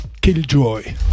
Killjoy